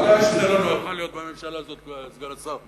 אני יודע שלא נוח לך להיות בממשלה הזאת, סגן השר.